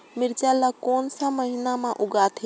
मिरचा ला कोन सा महीन मां उगथे?